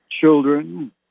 children